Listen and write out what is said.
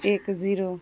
ایک زیرو